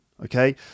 okay